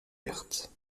verte